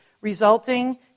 resulting